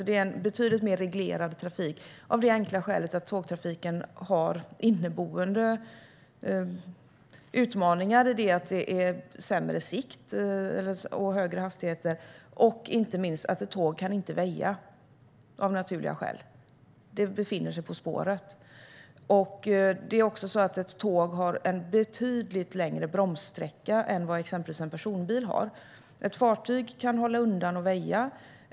Det är en betydligt mer reglerad trafik av det enkla skälet att tågtrafiken har inneboende utmaningar i det att det är sämre sikt och högre hastigheter och inte minst i att ett tåg av naturliga skäl inte kan väja. Det befinner sig på spåret. Ett tåg har också en betydligt längre bromssträcka än vad exempelvis en personbil har. Ett fartyg kan hålla undan och väja.